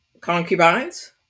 concubines